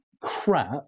crap